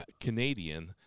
Canadian